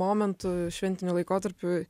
momentu šventiniu laikotarpiu